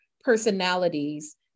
personalities